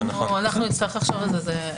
נצטרך לחשוב על זה.